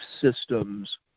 systems